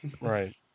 right